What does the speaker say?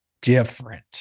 different